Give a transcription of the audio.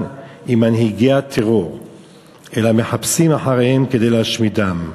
עם מנהיגי הטרור אלא מחפשים אחריהם כדי להשמידם.